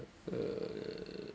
err